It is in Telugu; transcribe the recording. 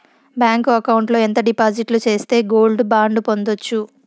బ్యాంకు అకౌంట్ లో ఎంత డిపాజిట్లు సేస్తే గోల్డ్ బాండు పొందొచ్చు?